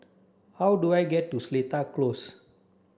how do I get to Seletar Close